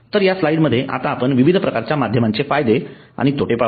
तर या स्लाइडमध्ये आता आपण विविध प्रकारच्या माध्यमांचे फायदे आणि तोटे पाहू